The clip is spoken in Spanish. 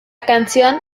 canción